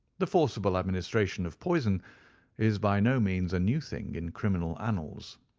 the forcible administration of poison is by no means a new thing in criminal annals.